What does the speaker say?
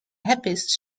happiest